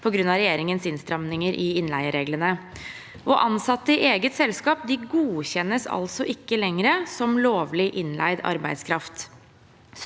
på grunn av regjeringens innstramminger i innleiereglene. Ansatte i eget selskap godkjennes altså ikke lenger som lovlig innleid arbeidskraft.